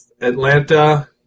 Atlanta